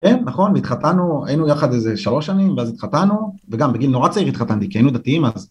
כן, נכון, התחתנו, היינו יחד איזה שלוש שנים, ואז התחתנו, וגם בגיל נורא צעיר התחתנתי כי היינו דתיים אז.